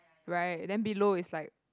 right then below is like